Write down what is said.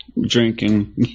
drinking